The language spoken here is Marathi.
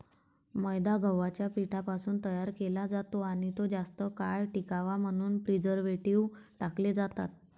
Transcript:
मैदा गव्हाच्या पिठापासून तयार केला जातो आणि तो जास्त काळ टिकावा म्हणून प्रिझर्व्हेटिव्ह टाकले जातात